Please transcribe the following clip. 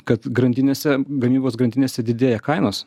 kad grandinėse gamybos grandinėse didėja kainos